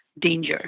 danger